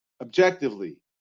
Objectively